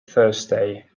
thursday